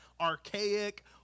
archaic